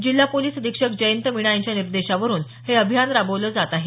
जिल्हा पोलिस अधीक्षक जयंत मीना यांच्या निर्देशावरून हे अभियान राबवलं जात आहे